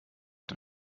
den